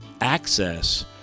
access